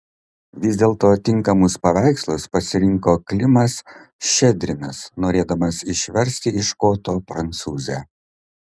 vis dėlto tinkamus paveikslus pasirinko klimas ščedrinas norėdamas išversti iš koto prancūzę